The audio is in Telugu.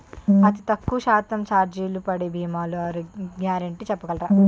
అతి తక్కువ శాతం ఛార్జీలు పడే భీమాలు గ్యారంటీ చెప్పగలరా?